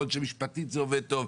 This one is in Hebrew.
יכול להיות שמשפטית זה עובד טוב,